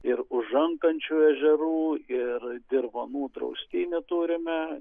ir užankančių ežerų ir dirvonų draustinių turime